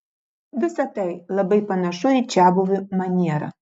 visa tai labai panašu į čiabuvių manierą